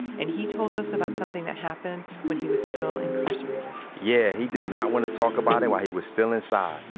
and he told us about something that happened when he was still incarcerated yeah, he did not want to talk about it while he was still inside.